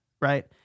right